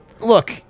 look